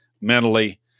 mentally